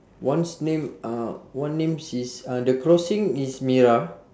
one's name uh one name is uh the crossing is mira